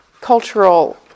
cultural